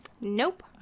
Nope